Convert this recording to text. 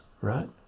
right